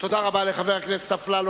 תודה רבה לחבר הכנסת אפללו.